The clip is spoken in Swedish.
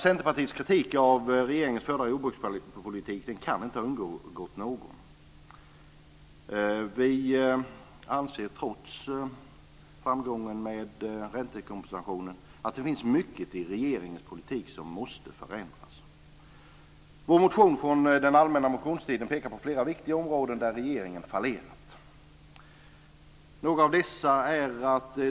Centerpartiets kritik av regeringens förda jordbrukspolitik kan inte ha undgått någon. Vi anser trots framgången med räntekompensationen att det finns mycket i regeringens politik som måste förändras. Vår motion från den allmänna motionstiden pekar på flera områden där regeringen fallerat.